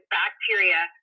bacteria